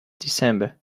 december